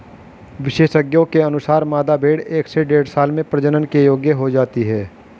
विशेषज्ञों के अनुसार, मादा भेंड़ एक से डेढ़ साल में प्रजनन के योग्य हो जाती है